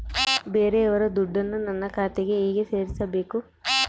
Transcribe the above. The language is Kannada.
ಬೇರೆಯವರ ದುಡ್ಡನ್ನು ನನ್ನ ಖಾತೆಗೆ ಹೇಗೆ ಸೇರಿಸಬೇಕು?